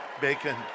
bacon